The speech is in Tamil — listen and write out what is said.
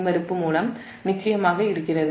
அந்த மின்மறுப்பு மூலம் நிச்சயமாக இருக்கிறது